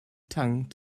tongue